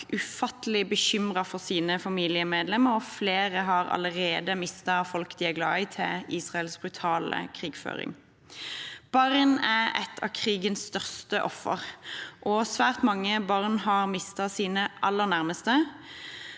nok ufattelig bekymret for sine familiemedlemmer, og flere har allerede mistet folk de er glad i, til Israels brutale krigføring. Barn er et av krigens største offer. Svært mange barn har mistet sine aller nærmeste.